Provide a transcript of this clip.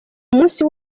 umunsi